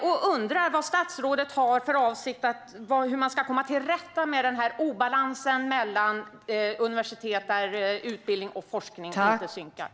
Vi undrar vad statsrådet avser att göra för att komma till rätta med den här obalansen på universitet där anslagen till utbildning och forskning inte synkar.